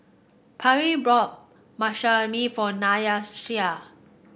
Parlee brought for Nyasia